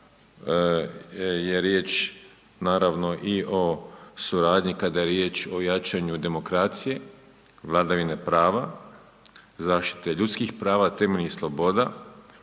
je riječ naravno i o suradnji, kada je riječ o jačanju demokracije, vladavine prava, zaštite ljudskih prava, temeljnih sloboda